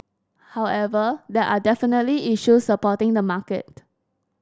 however there are definitely issues supporting the market